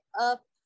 up